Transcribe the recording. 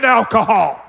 alcohol